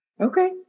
Okay